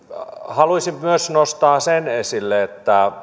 haluaisin nostaa myös sen esille että